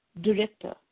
director